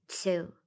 two